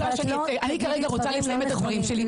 אני כרגע רוצה לסיים את הדברים שלי.